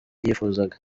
yifuzaga